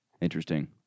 Interesting